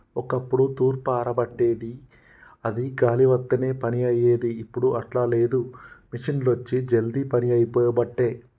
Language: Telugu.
ఒక్కప్పుడు తూర్పార బట్టేది అది గాలి వత్తనే పని అయ్యేది, ఇప్పుడు అట్లా లేదు మిషిండ్లొచ్చి జల్దీ పని అయిపోబట్టే